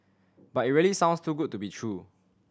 but it really sounds too good to be true